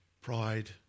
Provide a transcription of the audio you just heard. pride